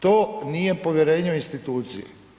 To nije povjerenje u institucije.